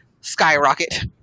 skyrocket